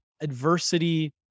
adversity